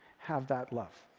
have that love?